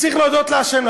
אז צריך להודות להשם,